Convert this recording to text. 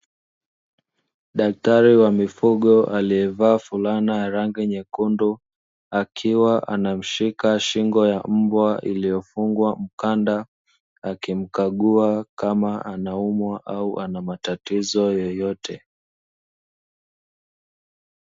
Daktari wa mifugo aliyevaa fulana ya rangi nyekundu, akiwa anamshika shingo ya mbwa iliyofungwa mkanda akimkagua kama anaumwa au ana matatizo yoyote.